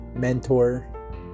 mentor